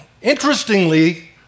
interestingly